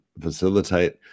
facilitate